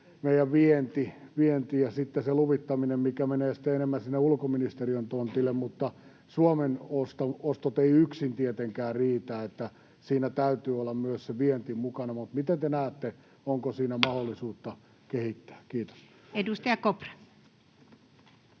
meidän vienti ja se luvittaminen, mikä menee sitten enemmän ulkoministeriön tontille. Suomen ostot eivät yksin tietenkään riitä, siinä täytyy olla myös se vienti mukana. Miten te näette, onko siinä mahdollisuutta kehittää? — Kiitos. [Speech 29]